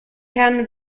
herrn